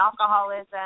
alcoholism